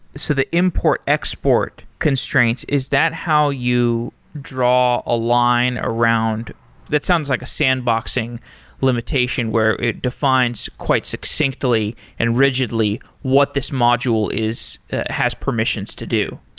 so the import export constraints, is that how you draw a line around that sounds like a sandboxing limitation, where it defines quite succinctly and rigidly what this module has permissions to do.